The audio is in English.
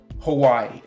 Hawaii